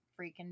freaking